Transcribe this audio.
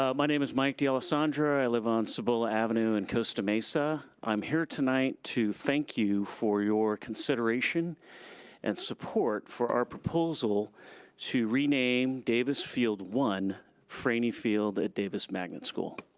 um my name is mike d'alessandro, i live on cibola avenue in costa mesa. i'm here tonight to thank you for your consideration and support for our proposal to rename davis field one frainie field at davis magnet school.